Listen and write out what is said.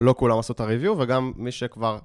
לא כולם עשו את הריוויו וגם מי שכבר...